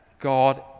God